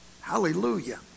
Hallelujah